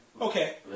Okay